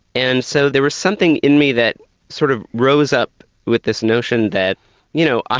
and so there was something in me that sort of rose up with this notion that you know, ah